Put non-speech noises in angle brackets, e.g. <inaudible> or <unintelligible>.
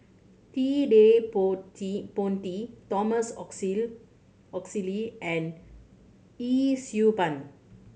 Ted De <unintelligible> Ponti Thomas <unintelligible> Oxley and Yee Siew Pun